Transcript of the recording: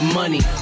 money